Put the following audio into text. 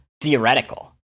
theoretical